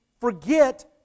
forget